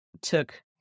took